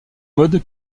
mode